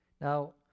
Now